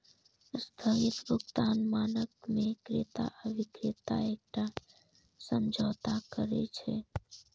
स्थगित भुगतान मानक मे क्रेता आ बिक्रेता एकटा समझौता करै छै